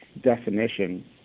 definition